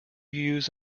use